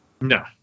No